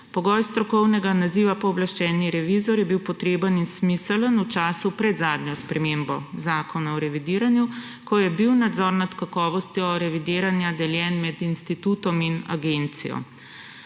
Pogoj strokovnega naziva pooblaščeni revizor je bil potreben in smiseln v času pred zadnjo spremembo Zakona o revidiranju, ko je bil nadzor nad kakovostjo revidiranja deljen med institutom in agencijo.